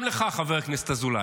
גם לך, חבר הכנסת אזולאי.